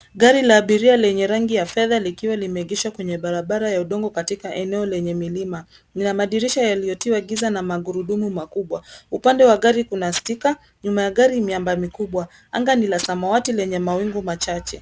Gari la abiria lenye rangi ya fedha likiwa limeegeshwa kwenye barabara ya udongo katika eneo lenye milima. Lina madirisha yaliyotiwa giza na magurudumu makubwa. Upande wa gari kuna sticker , nyuma ya gari miamba mikubwa. Anga ni la samawati lenye mawingu machache.